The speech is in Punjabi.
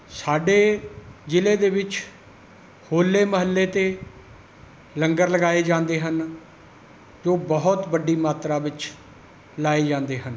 ਸਾਡੇ ਜ਼ਿਲ੍ਹੇ ਦੇ ਵਿੱਚ ਹੋਲੇ ਮਹੱਲੇ 'ਤੇ ਲੰਗਰ ਲਗਾਏ ਜਾਂਦੇ ਹਨ ਜੋ ਬਹੁਤ ਵੱਡੀ ਮਾਤਰਾ ਵਿੱਚ ਲਾਏ ਜਾਂਦੇ ਹਨ